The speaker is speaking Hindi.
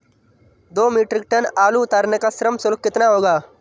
दो मीट्रिक टन आलू उतारने का श्रम शुल्क कितना होगा?